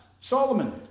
Solomon